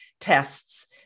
tests